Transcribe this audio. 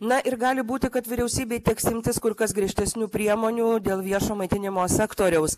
na ir gali būti kad vyriausybei teks imtis kur kas griežtesnių priemonių dėl viešo maitinimo sektoriaus